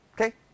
Okay